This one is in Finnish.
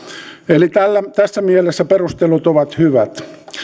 eli tässä mielessä perustelut ovat hyvät